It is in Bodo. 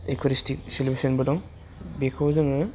एखुरेस्टिक सलुसनबो दं बेखौ जोङो